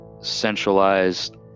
centralized